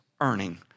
earning